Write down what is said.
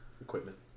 equipment